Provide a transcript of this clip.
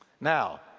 Now